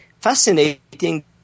fascinating